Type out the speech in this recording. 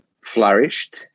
flourished